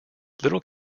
little